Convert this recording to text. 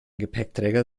gepäckträger